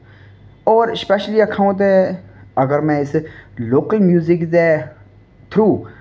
होर स्पैशली आक्खां अ'ऊं ते अगर में इस लोकल म्यूजिक दे थ्रू